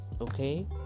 okay